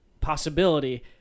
possibility